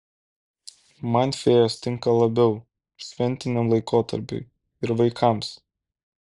man fėjos tinka labiau šventiniam laikotarpiui ir vaikams